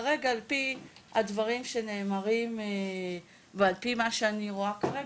כרגע על פי הדברים שנאמרים ועל פי מה שאני רואה כרגע,